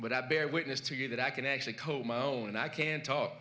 but i bear witness to you that i can actually coal my own and i can talk